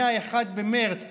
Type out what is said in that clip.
מ-1 במרץ